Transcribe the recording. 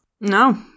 No